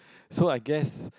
so I guess